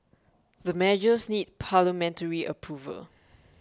the measures need parliamentary approval